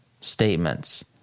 statements